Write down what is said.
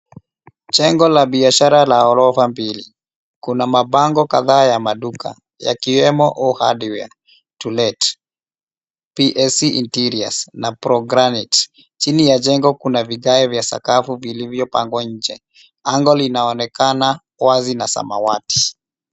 Jengo la biashara la ghorofa mbili. Kuna mabango kadhaa ya maduka yakiwemo O hardware, to let, PSE Interiors na pro granite . Chini ya jengo kuna vigae vya sakafu vilivyopangwa nje. Anga linaonekana wazi na samawati.